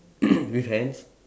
with hands